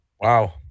Wow